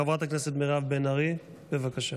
חברת הכנסת מירב בן ארי, בבקשה.